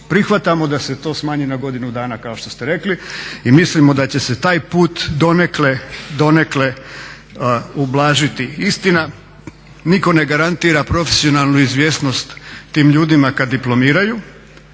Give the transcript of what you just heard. prihvaćamo da se to smanji na godinu dana kao što ste rekli i mislimo da će se taj put donekle ublažiti. Istina, nitko ne garantira profesionalnu izvjesnost tim ljudima kad diplomiraju,